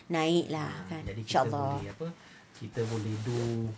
naik lah inshallah